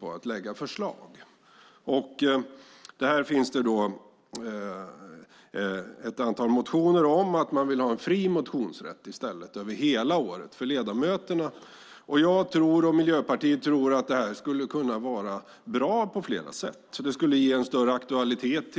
på att lägga fram förslag. Om detta finns det ett antal motioner. Man vill till exempel under hela året ha fri motionsrätt för ledamöterna. Jag och Miljöpartiet tror att det på flera sätt skulle kunna vara bra. Det skulle ge motionsskrivandet en större aktualitet.